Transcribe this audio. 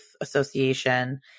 Association